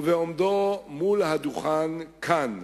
ובעומדו מול הדוכן כאן,